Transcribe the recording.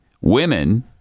women